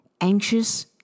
anxious